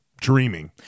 dreaming